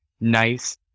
nice